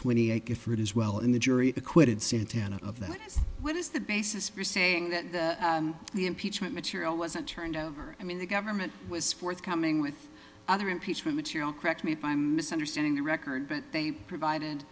twenty eight gifford as well in the jury acquitted santana of that what is the basis for saying that the impeachment material wasn't turned over i mean the government was forthcoming with other impeachment material correct me if i'm misunderstanding the record but they provided